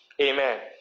Amen